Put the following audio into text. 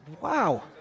Wow